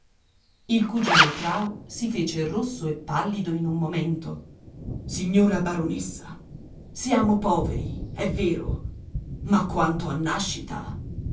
il cugino trao si fece rosso e pallido in un momento signora baronessa siamo poveri è vero ma quanto a nascita